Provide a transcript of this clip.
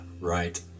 right